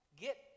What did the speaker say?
get